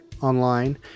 online